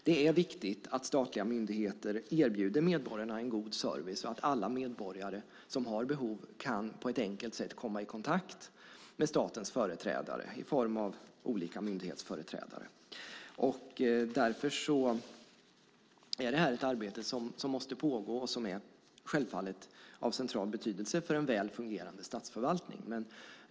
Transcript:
Det är viktigt att statliga myndigheter erbjuder medborgarna en god service och att alla medborgare som har behov av det på ett enkelt sätt kan komma i kontakt med statens företrädare i form av olika myndighetsföreträdare. Därför är det här ett arbete som måste pågå och som självfallet är av central betydelse för en väl fungerande statsförvaltning.